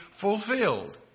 fulfilled